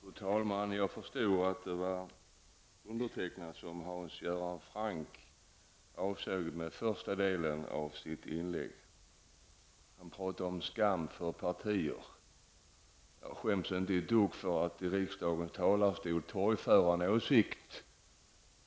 Fru talman! Jag förstod att det var undertecknad som Hans Göran Franck avsåg med första delen av sitt inlägg. Han talade om skam för partier. Jag skäms inte ett dugg för att i riksdagens talarstol torgföra en åsikt